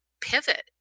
pivot